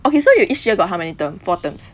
okay so you each year got how many term four terms